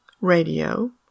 radio